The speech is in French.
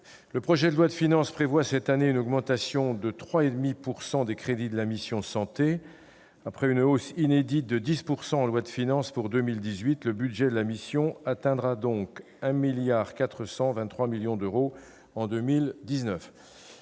le projet de loi de finances prévoit cette année une augmentation de 3,5 % des crédits de la mission « Santé », après une hausse inédite de 10 % en loi de finances pour 2018. Le budget de la mission atteindra donc 1,423 milliard d'euros en 2019.